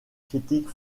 critiques